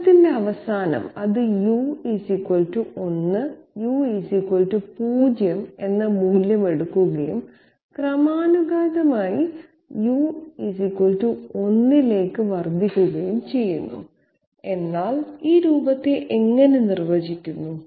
വക്രത്തിന്റെ അവസാനം അത് u 1 u 0 എന്ന മൂല്യം എടുക്കുകയും ക്രമാനുഗതമായി u 1 ലേക്ക് വർദ്ധിക്കുകയും ചെയ്യുന്നു എന്നാൽ ഈ രൂപത്തെ എങ്ങനെ നിർവചിക്കുന്നു